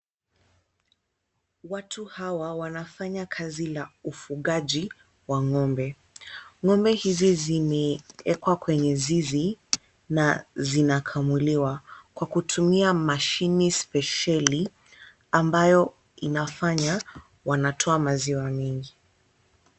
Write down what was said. Watu hawa wanafanya kazi la ufugaji wa ng'ombe. Ng'ombe hizi zimewekwa kwenye zizi na zinakamuliwa kwa kutumia mashine spesheli , ambayo inafanya wanatoa maziwa mingi.